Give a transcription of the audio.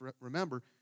remember